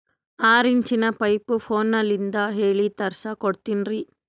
ಆರಿಂಚಿನ ಪೈಪು ಫೋನಲಿಂದ ಹೇಳಿ ತರ್ಸ ಕೊಡ್ತಿರೇನ್ರಿ?